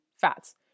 fats